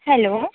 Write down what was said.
hello